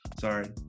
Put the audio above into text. sorry